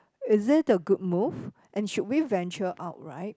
is it a good move and should we venture out right